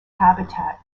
habitat